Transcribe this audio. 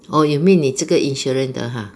oh you mean 你这个 insurance 的 !huh!